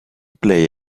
play